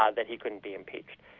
um that he couldn't be impeach.